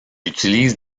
utilise